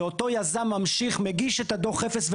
ואותו יזם ממשיך ומגיש את דו"ח האפס,